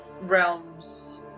realm's